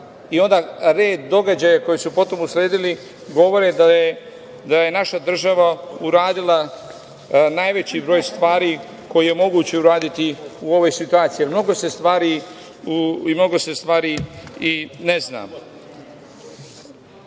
i onda red događaja koji su potom usledili govore da je naša država uradila najveći broj stvari koje je moguće uraditi u ovoj situaciji, jer mnogo se stvari i ne zna. Da